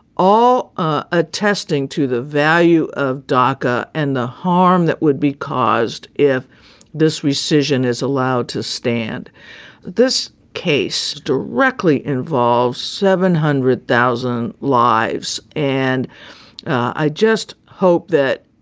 all attesting to the value of doca and the harm that would be caused if this rescission is allowed to stand this case directly involves seven hundred thousand lives. and i just hope that,